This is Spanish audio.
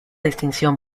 distinción